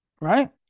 right